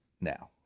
now